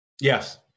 Yes